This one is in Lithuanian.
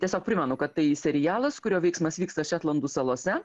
tiesiog primenu kad tai serialas kurio veiksmas vyksta šetlandų salose